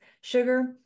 sugar